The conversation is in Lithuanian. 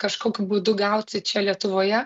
kažkokiu būdu gauti čia lietuvoje